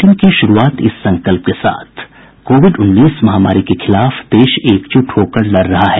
bulletin की शुरूआत इस संकल्प के साथ कोविड उन्नीस महामारी के खिलाफ देश एकजुट होकर लड़ रहा है